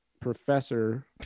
professor